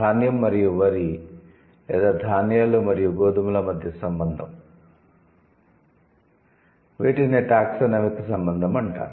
ధాన్యం మరియు వరి లేదా ధాన్యాలు మరియు గోధుమల మధ్య సంబంధం వీటిని టాక్సానమిక్ సంబంధం అంటారు